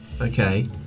Okay